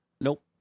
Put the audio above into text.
Nope